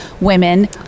women